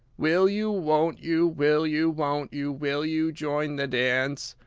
will you, won't you, will you, won't you, will you join the dance?